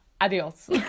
Adios